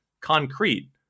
concrete